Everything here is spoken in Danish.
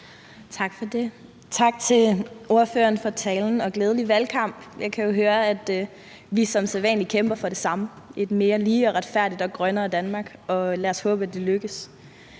Tak for det. Tak til ordføreren for talen, og glædelig valgkamp. Jeg kan jo høre, at vi som sædvanlig kæmper for det samme: et mere lige og retfærdigt og grønnere Danmark. Lad os håbe, at det lykkes.